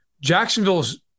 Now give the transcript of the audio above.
Jacksonville's